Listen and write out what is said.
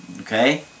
okay